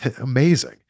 Amazing